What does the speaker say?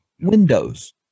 Windows